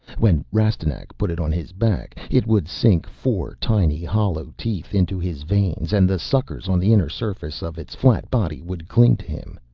when rastignac put it on his back, it would sink four tiny hollow teeth into his veins and the suckers on the inner surface of its flat body would cling to him.